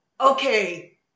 okay